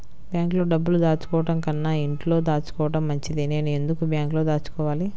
బ్యాంక్లో డబ్బులు దాచుకోవటంకన్నా ఇంట్లో దాచుకోవటం మంచిది నేను ఎందుకు బ్యాంక్లో దాచుకోవాలి?